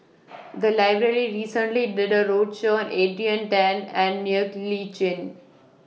The Library recently did A roadshow Adrian Tan and Ng Li Chin